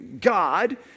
God